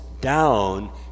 down